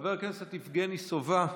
חבר הכנסת יבגני סובה,